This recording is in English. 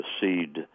seed